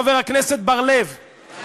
חבר הכנסת בר-לב,